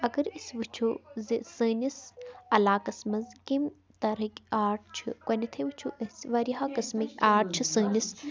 اَگر أسۍ وٕچھو زِ سٲنِس علاقَس منٛز کَمہِ طرہٕکۍ آرٹ چھِ گۄڈٕنٮ۪تھٕے وٕچھو أسۍ واریاہو قٕسمٕکۍ آرٹ چھِ سٲنِس